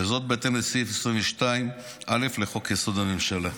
וזאת בהתאם לסעיף 22א לחוק-יסוד: הממשלה.